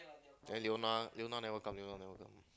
then Leona Leona never come Leona never come